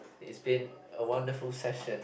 it's been a wonderful session